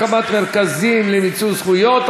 הקמת מרכזים למיצוי זכויות),